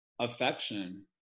Affection